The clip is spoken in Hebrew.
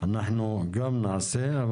אנחנו גם נעשה.